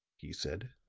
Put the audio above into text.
he said.